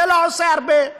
זה לא עושה הרבה.